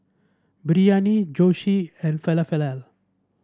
Biryani Zosui and Falafel